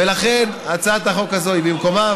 ולכן הצעת החוק הזאת היא במקומה,